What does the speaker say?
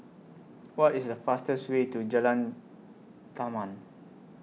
What IS The fastest Way to Jalan Taman